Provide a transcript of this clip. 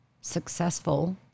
successful